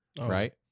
right